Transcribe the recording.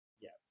yes